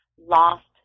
lost